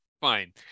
fine